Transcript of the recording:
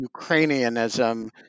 Ukrainianism